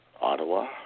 Ottawa